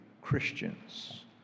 Christians